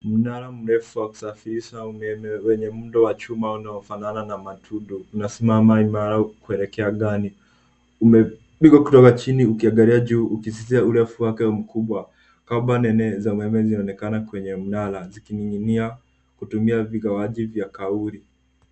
Mnara mrefu wa kusafirisha umeme wenye muundo wa chuma unaofanana na matudo unasimama imara ukielekea angani. Umepigwa kutoka chini ukiangalia juu, ukisisitiza urefu wake mkubwa. Kona nene za umeme zinaonekana kwenye mnara zikining'inia kutumia vigawaji vya kauli.